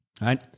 right